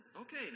Okay